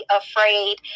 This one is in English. afraid